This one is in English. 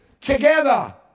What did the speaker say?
together